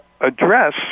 address